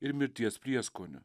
ir mirties prieskoniu